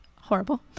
horrible